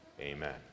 Amen